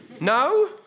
No